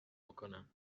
بکنم